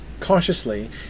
cautiously